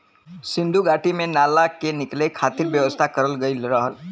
सिन्धु घाटी में नाला के निकले खातिर व्यवस्था करल गयल रहल